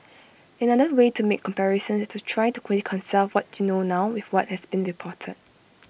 another way to make comparisons is to try to reconcile what you know now with what has been reported